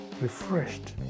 refreshed